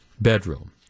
bedroom